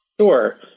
Sure